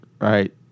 Right